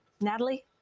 Natalie